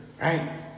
right